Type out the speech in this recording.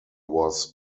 was